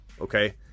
okay